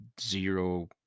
zero